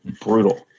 Brutal